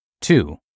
Two